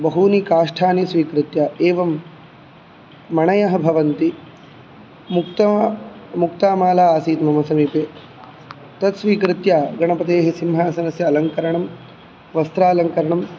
बहूनि काष्ठानि स्वीकृत्य एवं मणयः भवन्ति मुक्ता मुक्तामाला आसीत् मम समीपे तत् स्वीकृत्य गणपतेः सिंहासनस्य अलङ्करणं वस्त्रालङ्करणं